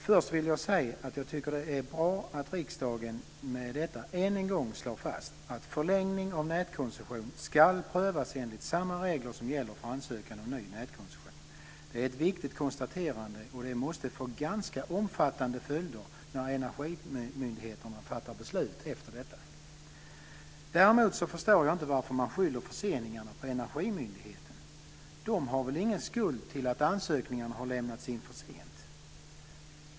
Först vill jag säga att jag tycker att det är bra att riksdagen med detta än en gång slår fast att förlängning av nätkoncession ska prövas enligt samma regler som gäller för en ansökan om ny nätkoncession. Det är ett viktigt konstaterande, och det måste få ganska omfattande följder när Energimyndigheten fattar beslut efter detta. Däremot förstår jag inte varför man skyller förseningarna på Energimyndigheten. De har väl ingen skuld till att ansökningarna har lämnats in för sent?